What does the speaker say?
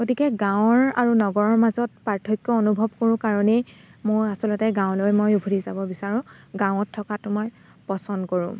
গতিকে গাঁৱৰ আৰু নগৰৰ মাজত পাৰ্থক্য অনুভৱ কৰোঁ কাৰণেই মোৰ আচলতে গাঁৱলৈ মই উভতি যাব বিচাৰোঁ গাঁৱত থকাটো মই পচন্দ কৰোঁ